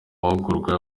mahugurwa